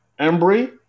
Embry